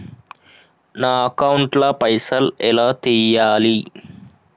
నా అకౌంట్ ల పైసల్ ఎలా తీయాలి?